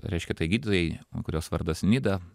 reiškia tai gydytojai kurios vardas nida